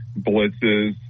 blitzes